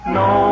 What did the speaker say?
no